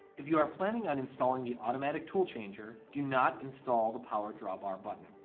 if you are planning on installing the automatic tool changer, do not install the power drawbar button.